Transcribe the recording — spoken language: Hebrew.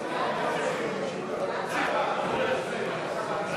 התקציב 2015, בדבר תוספת תקציב לא נתקבלו.